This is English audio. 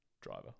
driver